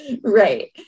Right